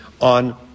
on